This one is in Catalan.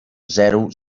zero